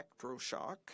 electroshock